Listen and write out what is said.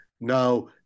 Now